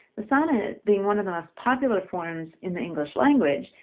the sonnet being one of the most popular forms in the english language.